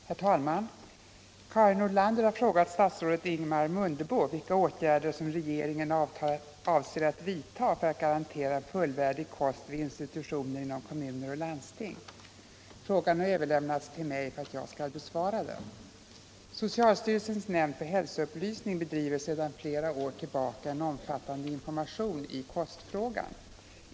Nordlanders den 21 oktober anmälda fråga, 1977/78:93, till bud Om åtgärder för att getministern, och anförde: garantera fullvärdig Herr talman! Karin Nordlander har frågat statsrådet Ingemar Mundebo = kost vid sociala vilka åtgärder som regeringen avser att vidta för att garantera en fullvärdig — institutioner kost vid institutioner inom kommuner och landsting. Frågan har överlämnats till mig för att jag skall besvara den. Socialstyrelsens nämnd för hälsoupplysning bedriver sedan flera år tillbaka en omfattande information i kostfrågan.